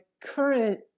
current